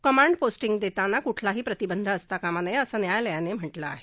command posting देताना कुठलाही प्रतिबंध असता कामा नये असं न्यायालयानं म्हटलं आहे